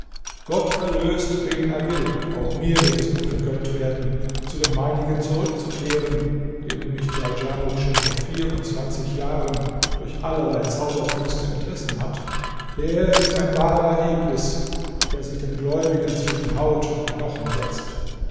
gott erlöst wen er will auch mir wird es nun vergönnt werden zu den meinigen zurückzukehren denen mich djaldjamuk schon vor vierundzwanzig jahren durch allerlei zauberkünste entrissen hat der ist ein wahrer iblis teufel der sich den gläubigen zwischen haut und knochen setzt